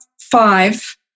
five